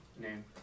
name